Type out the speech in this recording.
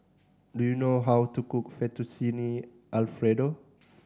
do you know how to cook Fettuccine Alfredo